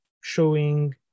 showing